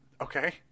Okay